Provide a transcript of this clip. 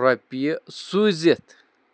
رۄپیہِ سوٗزِتھ